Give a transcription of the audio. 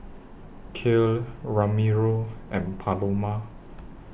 Kale Ramiro and Paloma